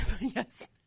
Yes